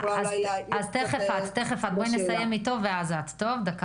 קודם נסיים אתו ואז נעבור אלייך.